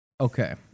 Okay